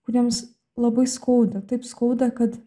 kuriems labai skauda taip skauda kad